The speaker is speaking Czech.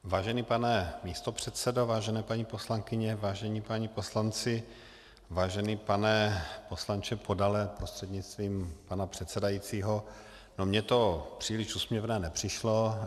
Vážený pane místopředsedo, vážené paní poslankyně, vážení páni poslanci, vážený pane poslanče Podale prostřednictvím pana předsedajícího, mně to příliš úsměvné nepřišlo.